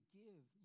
give